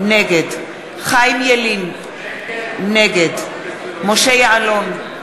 נגד חיים ילין, נגד משה יעלון,